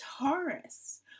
Taurus